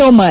Tomar